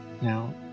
now